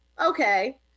Okay